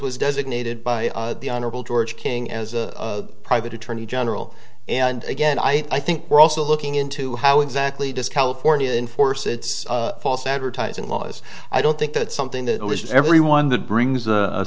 was designated by the honorable george king as a private attorney general and again i think we're also looking into how exactly does california enforce its false advertising laws i don't think that's something that everyone that brings a